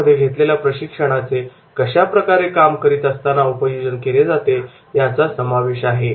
यामध्ये घेतलेल्या प्रशिक्षणाचे कशाप्रकारे प्रत्यक्ष काम करीत असताना उपयोजन केले जाते याचा समावेश आहे